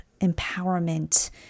empowerment